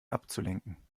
abzulenken